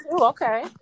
okay